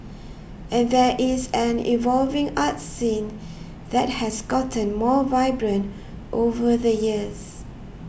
and there is an evolving arts scene that has gotten more vibrant over the years